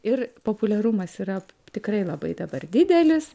ir populiarumas yra tikrai labai dabar didelis